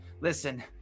Listen